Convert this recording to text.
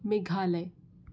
Meghalaya